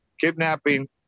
kidnapping